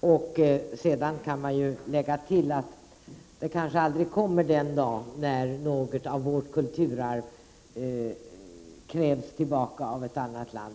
Jag kan lägga till, att den dagen kanske aldrig kommer när något av vårt kulturarv krävs tillbaka av ett annat land.